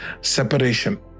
separation